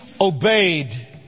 obeyed